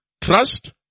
Trust